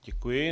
Děkuji.